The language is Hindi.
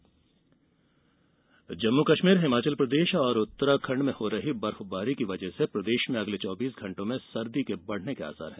मौसम जम्मू कश्मीर हिमाचल प्रदेश और उत्तराखंड में हो रही बर्फबारी की वजह से प्रदेश में अगले चौबीस घंटों में सर्दी के बढ़ने के आसार हैं